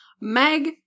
Meg